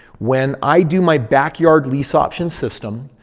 when i do my backyard lease option system,